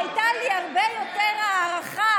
הייתה לי הרבה יותר הערכה,